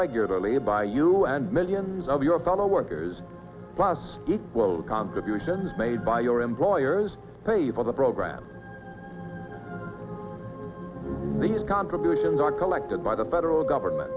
regularly by you and millions of your fellow workers plus equal contributions made by your employers pay for the program these contributions are collected by the federal government